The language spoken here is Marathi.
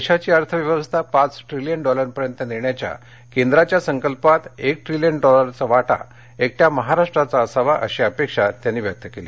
देशाची अर्थव्यवस्था पाच ट्रिलियन डॉलरपर्यंत नेण्याच्या केंद्राच्या संकल्पात एक ट्रिलियन डॉलरचा वाटा एकट्या महाराष्ट्राचा असावा अशी अपेक्षा त्यांनी व्यक्त केली